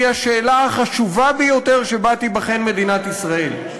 השאלה החשובה ביותר שבה תיבחן מדינת ישראל.